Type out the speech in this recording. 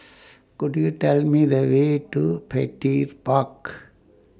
Could YOU Tell Me The Way to Petir Park